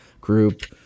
group